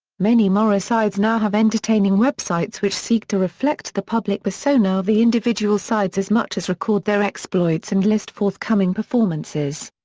many morris sides now have entertaining websites which seek to reflect the public persona of the individual sides as much as record their exploits and list forthcoming performances.